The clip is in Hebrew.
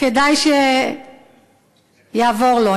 כדאי שיעבור לו.